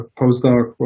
postdoc